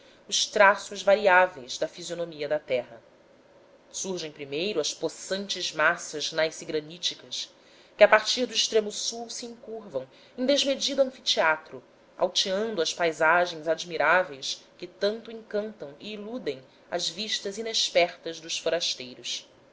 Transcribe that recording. os traços variáveis da fisionomia da terra surgem primeiro as possantes massas gnaissegraníticas que a partir do extremo sul se encurvam em desmedido anfiteatro alteando as paisagens admiráveis que tanto encantam e iludem as vistas inexpertas dos forasteiros